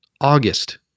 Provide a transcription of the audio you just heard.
August